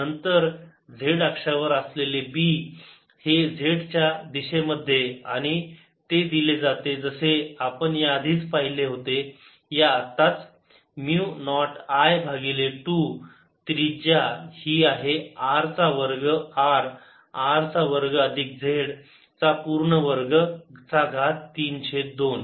नंतर z अक्षा वर असलेले B हे z च्या दिशेमध्ये आणि ती दिली जाते जसे आपण आधीच पाहिले आहे आत्ताच म्यु नॉट I भागिले 2 त्रिज्या ही आहे R चा वर्ग R R चा वर्ग अधिक z चा वर्ग पूर्ण चा घात 3 छेद 2